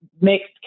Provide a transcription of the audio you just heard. mixed